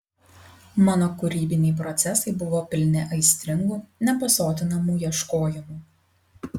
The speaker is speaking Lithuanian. mano kūrybiniai procesai buvo pilni aistringų nepasotinamų ieškojimų